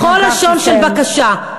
בכל לשון של בקשה,